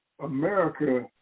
america